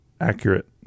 accurate